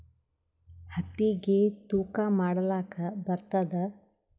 ಹತ್ತಿಗಿ ತೂಕಾ ಮಾಡಲಾಕ ಬರತ್ತಾದಾ?